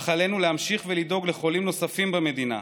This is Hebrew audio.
אך עלינו להמשיך ולדאוג לחולים נוספים במדינה,